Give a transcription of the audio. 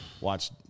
watch –